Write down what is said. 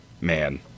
man